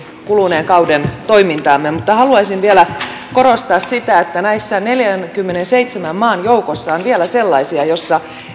kuluneen kauden toimintaamme mutta haluaisin vielä korostaa sitä että näiden neljänkymmenenseitsemän maan joukossa on vielä sellaisia joissa